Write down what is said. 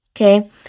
Okay